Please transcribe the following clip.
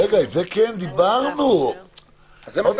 דיברנו על זה.